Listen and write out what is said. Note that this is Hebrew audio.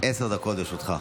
עשר דקות לרשותך.